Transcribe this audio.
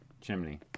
Chimney